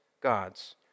God's